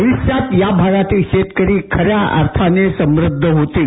भविष्यात या भागातील शेतकरी खऱ्या अर्थानं समृद्ध होतील